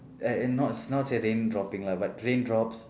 and and not not say rain dropping lah but raindrops